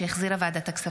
שהחזירה ועדת הכספים.